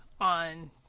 on